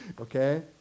Okay